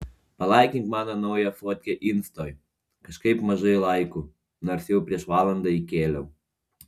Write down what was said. palaikink mano naują fotkę instoj kažkaip mažai laikų nors jau prieš valandą įkėliau